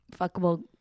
fuckable